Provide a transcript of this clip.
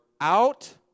out